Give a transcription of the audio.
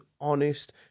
honest